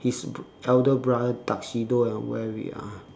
his elder brother tuxedo and wear it ah